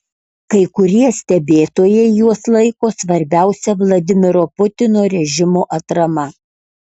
kai kurie stebėtojai juos laiko svarbiausia vladimiro putino režimo atrama